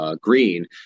green